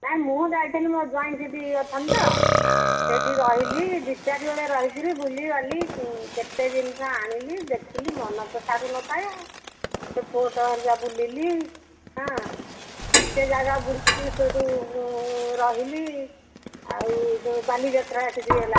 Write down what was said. ନାଇ ମୁଁ ଯାଇଥିଲି ମୋ ଜ୍ୱାଇଁ ସେଠି ଅଛନ୍ତି ତ ସେଇଠି ରହିଲି ଦି ଚାରିବେଳେ ରହି ବୁଲିବାଲି କେତେ ଜିନିଷ ଆଣିଲି ଦେଖିଲି ମନ ତ ଛାଡ଼ୁ ନଥାଏ ସେ ପୋର୍ଟ ହେରିକା ବୁଲିଲି କେତେ ଜାଗା ବୁଲିଲି ସେଠୁ ରହିଲି ଆଉ ବାଲିଯାତ୍ରା ସେଠି ହେଲା